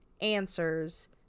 answers